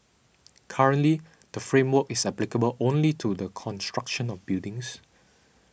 currently the framework is applicable only to the construction of buildings